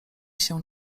się